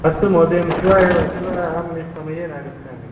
अस्तु महोदय अहं श्वः एव श्वः अहं निस् समयेन आगच्छामि